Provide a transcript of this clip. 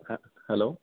hello